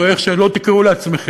או איך שלא תקראו לעצמכם,